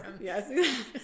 Yes